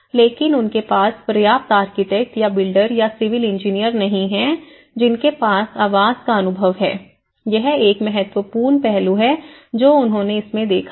लेकिन उनके पास पर्याप्त आर्किटेक्ट या बिल्डर या सिविल इंजीनियर नहीं हैं जिनके पास आवास का अनुभव है यह एक महत्वपूर्ण पहलू है जो उन्होंने इसमें देखा है